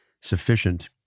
sufficient